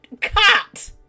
cut